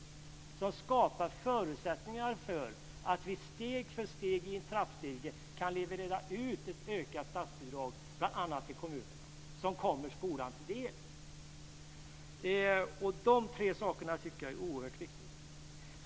Tillsammans skapade vi förutsättningar för att steg för steg kunna leverera ett ökat statsbidrag till kommunerna, vilket kommer skolan till del. Dessa tre saker är oerhört viktiga.